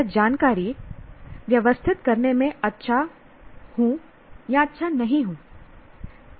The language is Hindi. मैं जानकारी व्यवस्थित करने में अच्छा अच्छा नहीं हूँ